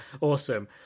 Awesome